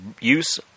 use